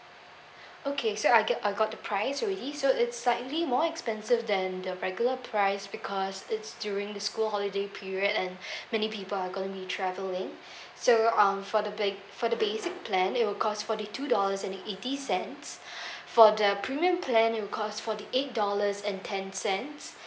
okay so I go~ I got the price already so it's slightly more expensive than the regular price because it's during the school holiday period and many people are gonna be travelling so uh for the ba~ for the basic plan it will cost forty two dollars and eighty cents for the premium plan it will cost forty eight dollars and ten cents